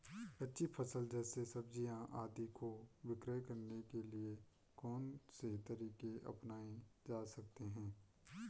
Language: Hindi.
कच्ची फसल जैसे सब्जियाँ आदि को विक्रय करने के लिये कौन से तरीके अपनायें जा सकते हैं?